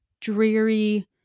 dreary